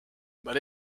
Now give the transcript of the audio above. but